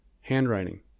handwriting